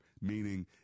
meaning